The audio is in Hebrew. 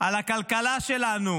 על הכלכלה שלנו,